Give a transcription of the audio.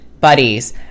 buddies